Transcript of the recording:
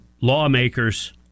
lawmakers